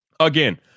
Again